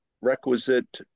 requisite